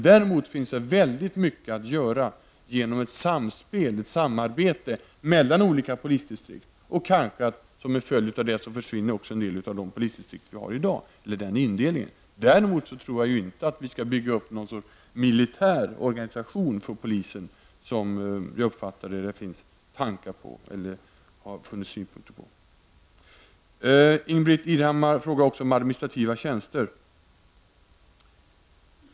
Däremot kan väldigt mycket göras genom ett samarbete mellan olika polisdistrikt. Samtidigt kanske några av de polisdistrikt vi har i dag försvinner. Men jag tror inte att vi skall bygga upp någon sorts militär organisation för polisen, vilket jag uppfattade att det finns tankar på. Ingbritt Irhammar frågade också om administrativa tjänster.